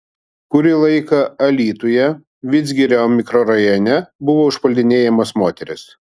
kurį laiką alytuje vidzgirio mikrorajone buvo užpuldinėjamos moterys